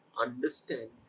understand